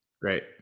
Great